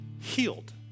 healed